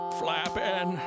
flapping